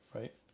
right